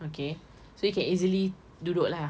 okay so you can easily duduk lah